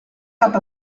cap